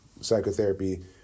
psychotherapy